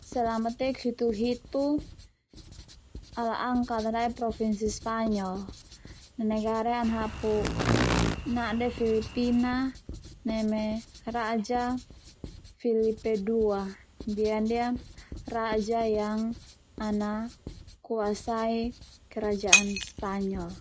selama teuk hituhuluhitu ala angkat an da'di provinsi Spanyol negara ia ana hapu na'dek Filipina neme raja Filipe dua ndia dia raja yang ana kuasai kerajaan Spanyol.